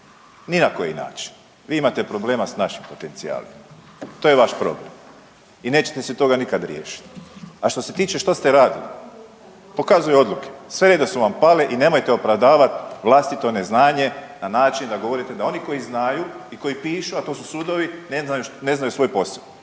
ni na koji način. Vi imate problema s našim potencijalima, to je vaš problem i nećete se toga nikad riješit. A što se tiče što ste radili pokazuju odluke, sve jedne su vam pale i nemojte opravdavat vlastito neznanje na način da govorite da oni koji znaju i koji pišu, a to su sudovi, ne znaju svoj posao.